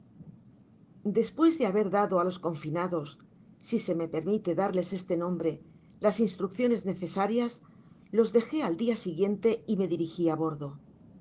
mes de haber dado á los confinados si se me permite darles este nombre las instrucciones necesarias los dejé al dia siguiente y me dirigi á bordo